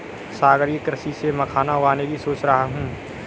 सागरीय कृषि से मखाना उगाने की सोच रहा हूं